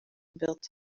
wird